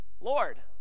Lord